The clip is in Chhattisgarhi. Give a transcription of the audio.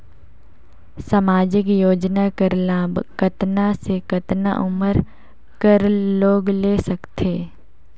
समाजिक योजना कर लाभ कतना से कतना उमर कर लोग ले सकथे?